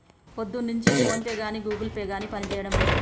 పొద్దున్నుంచి ఫోన్పే గానీ Google Pay గానీ పనిజేయడం లేదు